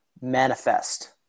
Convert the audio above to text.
manifest